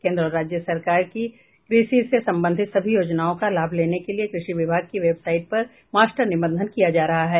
केन्द्र और राज्य सरकार की कृषि से संबंधित सभी योजनाओं का लाभ लेने के लिए कृषि विभाग की वेबसाइट पर मास्टर निबंधन किया जा रहा है